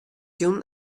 jûn